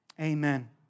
Amen